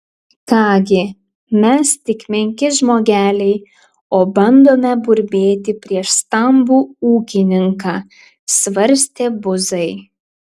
ką gi mes tik menki žmogeliai o bandome burbėti prieš stambų ūkininką svarstė buzai